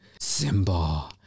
Simba